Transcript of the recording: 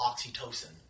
oxytocin